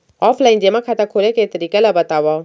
Offline जेमा खाता खोले के तरीका ल बतावव?